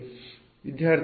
ವಿದ್ಯಾರ್ಥಿ 2 1